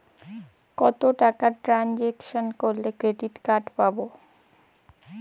কত টাকা ট্রানজেকশন করলে ক্রেডিট কার্ড পাবো?